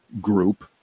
group